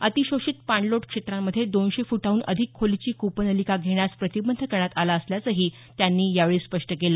अतिशोषित पाणलोट क्षेत्रांमध्ये दोनशे फुटांहून अधिक खोलीची कूपनलिका घेण्यास प्रतिबंध करण्यात आला असल्याचं त्यांनी स्पष्ट केलं